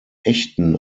echten